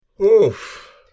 Oof